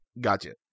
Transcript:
Gotcha